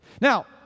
Now